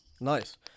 Nice